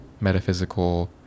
metaphysical